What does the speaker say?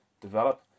develop